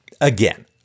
again